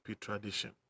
tradition